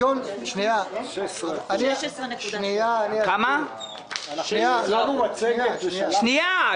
16.7%. הכנו מצגת ושלחנו אותה.